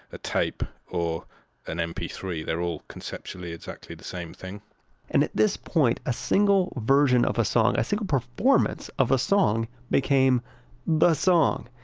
a tape, or an m p three. they're all conceptually exactly the same thing and at this point, a single version of a song, a single performance of a song, became the song,